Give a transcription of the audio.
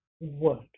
Word